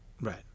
Right